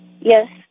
Yes